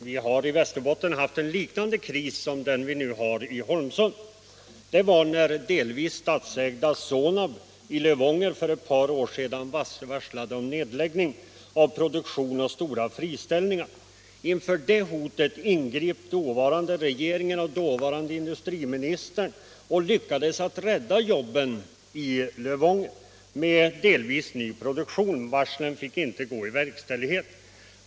Herr talman! I Västerbotten har vi tidigare haft en liknande kris som den vi nu har i Holmsund. Det var när delvis statsägda Sonab i Lövånger för ett par år sedan varslade om nedläggning av produktionen och om stora friställningar. Inför det hotet ingrep dåvarande regeringen och den dåvarande industriministern och lyckades att med delvis ny produktion rädda jobben i Lövånger. Varslen fick således inte gå i verkställighet.